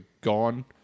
gone